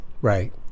Right